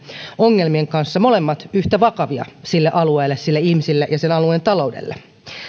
ongelmien kanssa molemmat yhtä vakavia sille alueelle sen ihmisille ja sen alueen taloudelle